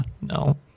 no